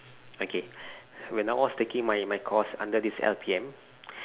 okay when I was taking my my course under this L_P_M